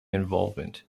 involvement